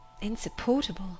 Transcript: Insupportable